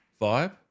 vibe